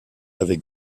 avec